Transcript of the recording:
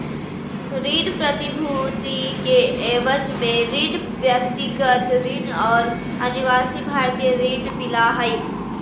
ऋण प्रतिभूति के एवज में ऋण, व्यक्तिगत ऋण और अनिवासी भारतीय ऋण मिला हइ